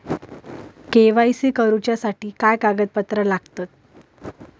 KYC करूच्यासाठी काय कागदपत्रा लागतत?